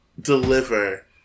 deliver